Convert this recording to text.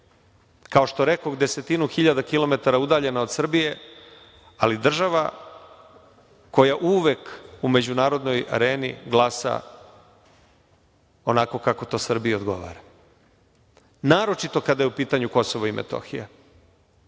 kao što rekoh, desetinu hiljada kilometara udaljena od Srbije, ali država koja uvek u međunarodnoj areni glasa onako kako to Srbiji odgovara, naročito kada je u pitanju KiM. I to je